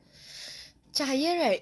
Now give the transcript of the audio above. cahaya right